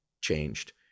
changed